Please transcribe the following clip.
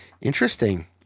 Interesting